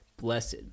blessed